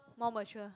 more mature